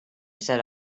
said